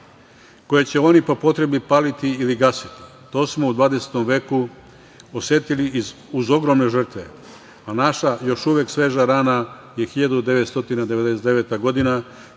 koji će oni po potrebi paliti ili gasiti. To smo u 20. veku osetili uz ogromne žrtve, a naša još uvek sveža rana je 1999. godina